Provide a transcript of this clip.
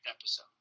episode